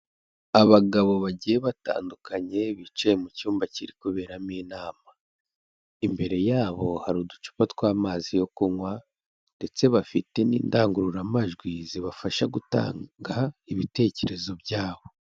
Abagabo bagiye batandukanye bicaye mu cyumba kiri kuberamo inama, imbere yabo hari uducupa tw'amazi yo kunywa ndetse bafite n'indangururamajwi zibafasha gutanga ibitekerezo byabo.